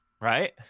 right